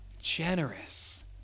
Generous